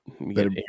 better